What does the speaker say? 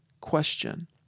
question